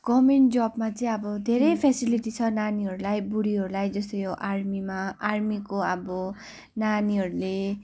government जबमा चाहिँ अब फ्यासिलिटी छ नानीहरूलाई बुढीहरूलाई जस्तै यो आर्मीमा आर्मीको अब नानीहरूले